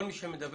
כל מי שמדבר,